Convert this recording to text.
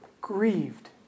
grieved